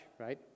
right